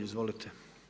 Izvolite.